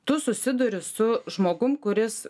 tu susiduri su žmogum kuris